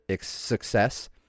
success